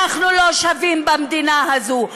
אנחנו לא שווים במדינה הזאת,